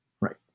right